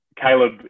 Caleb